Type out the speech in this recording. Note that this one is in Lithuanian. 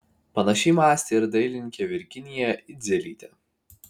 panašiai mąstė ir dailininkė virginija idzelytė